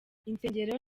insengero